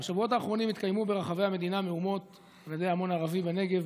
בשבועות האחרונים התקיימו ברחבי המדינה מהומות על ידי המון ערבי בנגב,